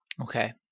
Okay